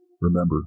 Remember